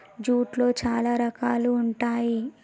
జూట్లో చాలా రకాలు ఉంటాయి